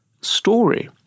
story